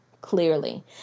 clearly